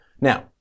Now